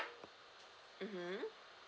(uh huh)